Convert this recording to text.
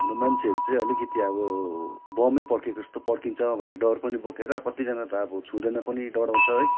हाम्रो मान्छेहरू चाहिँ अलिकिति अब बम पड्केको जस्तो पड्किन्छ भन्ने डर पनि बोकेर कतिजना त अब छुँदैन पनि डराउँछ है